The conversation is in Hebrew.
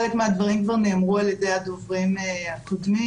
חלק מהדברים כבר נאמרו על ידי הדוברים הקודמים,